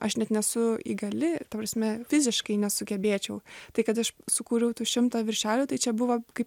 aš net nesu įgali ta prasme fiziškai nesugebėčiau tai kad aš sukūriau tų šimtą viršelių tai čia buvo kaip